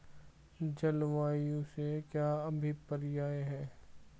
जलवायु से क्या अभिप्राय है?